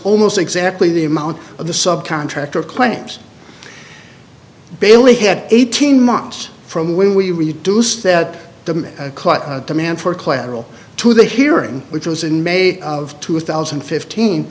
almost exactly the amount of the sub contractor claims bailey had eighteen months from when we reduce that the demand for collateral to the hearing which was in may of two thousand and fifteen